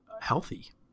healthy